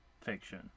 fiction